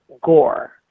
gore